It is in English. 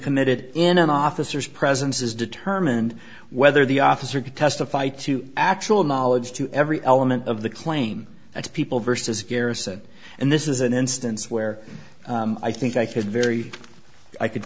committed in an officer's presence is determined whether the officer could testify to actual knowledge to every element of the claim and people versus scarcity and this is an instance where i think i could very i could